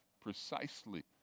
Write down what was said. precisely